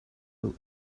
will